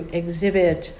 exhibit